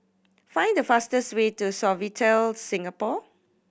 find the fastest way to Sofitel Singapore